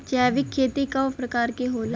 जैविक खेती कव प्रकार के होला?